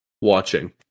watching